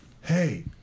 Hey